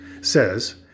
says